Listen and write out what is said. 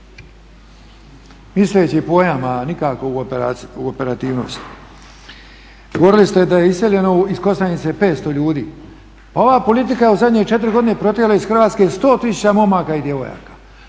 Misleći je pojam, a nikako u operativnosti. Govorili ste da je iseljeno iz Kostajnice 500 ljudi. Ova politika je u zadnje četiri godine protjerala iz Hrvatske 100000 momaka i djevojaka.